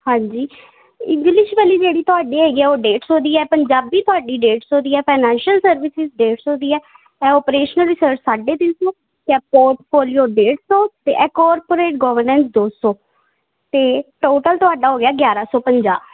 ਹਾਂਜੀ ਇੰਗਲਿਸ਼ ਵਾਲੀ ਜਿਹੜੀ ਤੁਹਾਡੀ ਹੈਗੀ ਆ ਉਹ ਡੇਢ ਸੌ ਦੀ ਆ ਪੰਜਾਬੀ ਤੁਹਾਡੀ ਡੇਢ ਸੌ ਦੀ ਆ ਫਾਈਨੈਂਸ਼ੀਅਲ ਸਰਵਿਸ ਡੇਢ ਸੌ ਦੀ ਆ ਆਪਰੇਸ਼ਨਲ ਰਿਸਰਚ ਸਾਢੇ ਤਿੰਨ ਸੌ ਅਤੇ ਪੋਰਟ ਫੋਲੀਓ ਡੇਢ ਸੌ ਅਤੇ ਇਹ ਕੋਪਰੇਟ ਗਵਰਨਸ ਦੋ ਸੌ ਅਤੇ ਟੋਟਲ ਤੁਹਾਡਾ ਹੋ ਗਿਆ ਗਿਆਰਾਂ ਸੌ ਪੰਜਾਹ